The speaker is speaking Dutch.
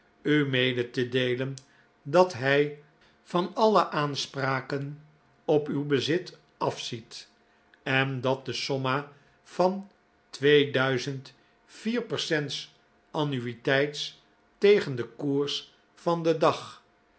u mede te deelen dat hij van alle aanspraken op uw bezit afziet en dat de somma van twee duizend vier percents annuities tegen den koers van den dag